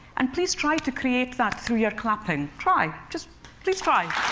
and please try to create that through your clapping. try, just please try.